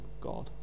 God